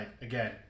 again